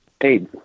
Hey